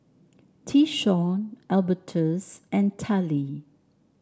Tyshawn Albertus and Tallie